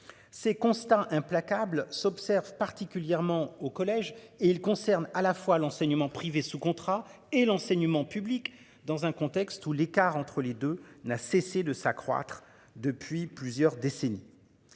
Ces constats implacables s'observe particulièrement au collège et il concerne à la fois l'enseignement privé sous contrat et l'enseignement public dans un contexte où l'écart entre les deux n'a cessé de s'accroître depuis plusieurs décennies.